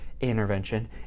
intervention